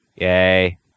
yay